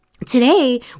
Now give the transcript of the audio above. Today